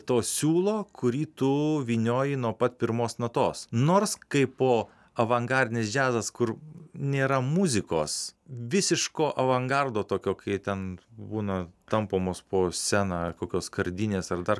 to siūlo kurį tu vynioji nuo pat pirmos natos nors kaip o avangardinis džiazas kur nėra muzikos visiško avangardo tokio kai ten būna tampomos po sceną kokios skardinės ar dar